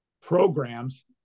programs